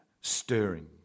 stirring